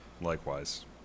Likewise